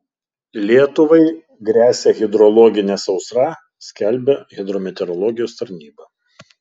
lietuvai gresia hidrologinė sausra skelbia hidrometeorologijos tarnyba